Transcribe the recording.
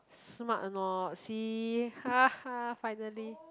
smart or not see finally